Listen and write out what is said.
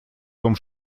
том